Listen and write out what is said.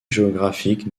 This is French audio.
géographiques